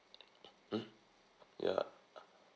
hmm ya